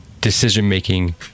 decision-making